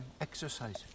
exercise